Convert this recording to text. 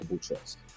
trust